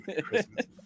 Christmas